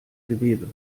gewebe